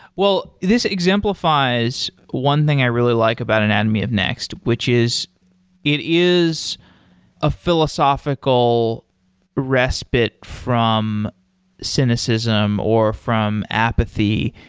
well, this exemplifies one thing i really like about anatomy of next, which is it is a philosophical respite from cynicism or from apathy.